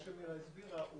כמו שמירה הסבירה,